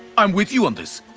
i'm with you on this.